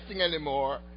anymore